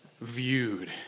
viewed